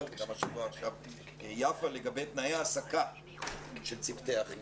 וגם מה שאמרה עכשיו יפה בן דוד לגבי תנאי העסקה של צוותי החינוך.